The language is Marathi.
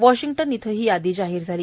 वॉशिंग्टन इथं ही यादी जाहीर झाली